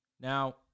Now